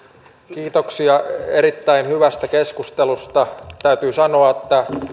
kiitoksia erittäin hyvästä keskustelusta täytyy sanoa että